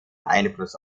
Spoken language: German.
einfluss